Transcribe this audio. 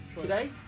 today